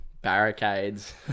barricades